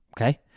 Okay